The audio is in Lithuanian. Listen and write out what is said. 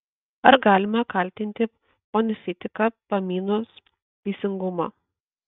ar galima kaltinti pontifiką pamynus teisingumą